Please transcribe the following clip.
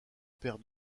perd